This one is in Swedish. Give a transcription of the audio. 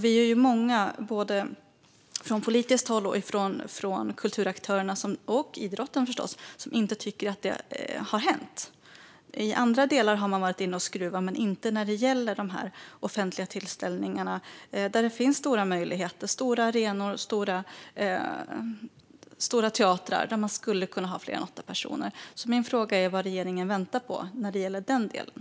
Vi är många, både från politiskt håll och från kulturaktörerna och idrotten förstås, som inte tycker att det har hänt. I andra delar har man varit inne och skruvat men inte när det gäller dessa offentliga tillställningar, där det finns stora möjligheter med stora arenor och stora teatrar där man skulle kunna ha fler än åtta personer. Min fråga är vad regeringen väntar på när det gäller den delen.